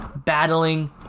battling